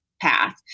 path